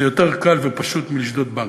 זה יותר קל ופשוט מלשדוד בנק.